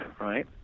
right